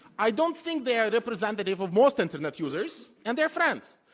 i don't think they're representative of most internet users and their friends.